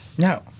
No